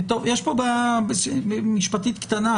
יש פה בעיה משפטית קטנה,